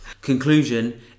Conclusion